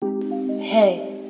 hey